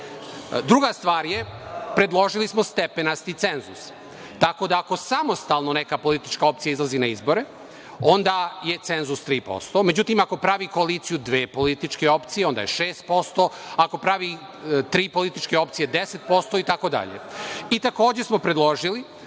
stvar, predložili smo stepenasti cenzus. Tako da, ako samostalno neka politička opcija izlazi na izbore, onda je cenzus 3%. Međutim, ako pravi koaliciju dve političke opcije, onda je 6%. Ako pravi tri političke opcije, onda je 10% i tako dalje. Takođe smo predložili